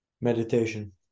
Meditation